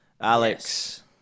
Alex